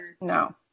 No